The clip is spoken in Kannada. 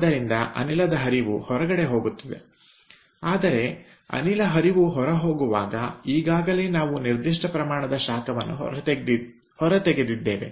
ಆದ್ದರಿಂದ ಅನಿಲದ ಹರಿವು ಹೊರಗಡೆ ಹೋಗುತ್ತಿದೆ ಆದರೆ ಅನಿಲದ ಹರಿವು ಹೊರಹೋಗುವಾಗ ಈಗಾಗಲೇ ನಾವು ನಿರ್ದಿಷ್ಟ ಪ್ರಮಾಣದ ಶಾಖವನ್ನು ಹೊರತೆಗೆದಿದ್ದೇವೆ